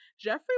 Jeffrey